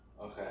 okay